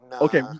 Okay